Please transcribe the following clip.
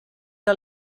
que